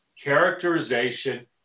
characterization